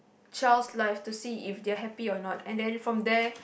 child life to see if they're happy or not and then from there